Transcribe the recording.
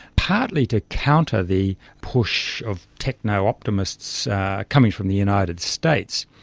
partly to counter the push of techno-optimists coming from the united states.